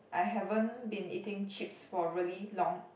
I haven't been eating chips for really long